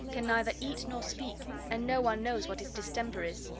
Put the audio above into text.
can neither eat nor speak, and no one knows what his distemper is.